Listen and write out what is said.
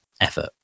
effort